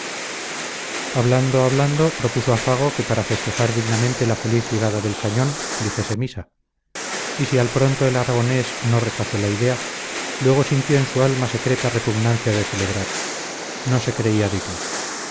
hablando hablando propuso a fago que para festejar dignamente la feliz llegada del cañón dijese misa y si al pronto el aragonés no rechazó la idea luego sintió en su alma secreta repugnancia de celebrar no se creía digno